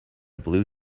blue